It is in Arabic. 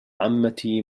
عمتي